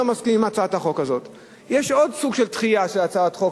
יש עוד סוג של דחייה של הצעת חוק,